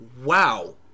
Wow